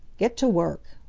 get to work.